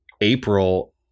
April